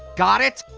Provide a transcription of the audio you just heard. got it?